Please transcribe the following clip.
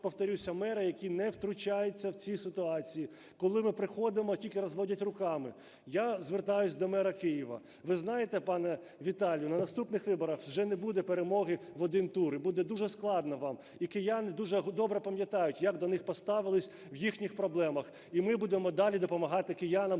повторюся, мера, який не втручається в ці ситуації. Коли ми приходимо, тільки розводять руками. Я звертаюся до мера Києва. Ви знаєте, пане Віталію, на наступних виборах вже не буде перемоги в один тур і буде дуже складно вам. І кияни дуже добре пам'ятають, як до них поставились в їхніх проблемах. І ми будемо далі допомагати киянам